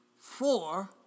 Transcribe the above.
four